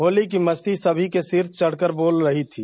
होली की मस्ती सभी के सिर चढ़कर बोल रही थीं